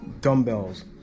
dumbbells